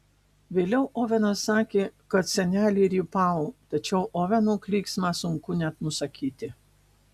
vėliau ovenas sakė kad senelė rypavo tačiau oveno klyksmą sunku net nusakyti